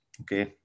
okay